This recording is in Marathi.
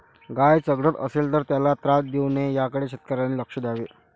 गाय चघळत असेल तर त्याला त्रास देऊ नये याकडे शेतकऱ्यांनी लक्ष द्यावे